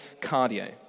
cardio